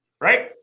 Right